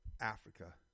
Africa